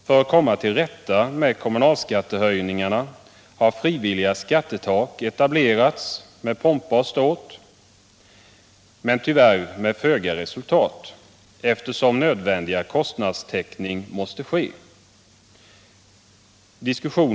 För att komma till rätta med kommunalskattehöjningarna har frivilliga skattetak etablerats med pompa och ståt men tyvärr med föga resultat, eftersom nödvändig kostnadstäckning måste ske.